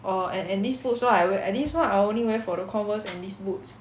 err and and these boots so I wear and this [one] I only wear for the Converse and these boots